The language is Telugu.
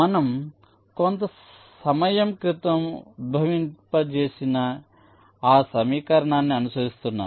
మనం కొంత సమయంక్రితం ఉద్భవింప చేసిన ఆ సమీకరణాన్ని అనుసరిస్తున్నాము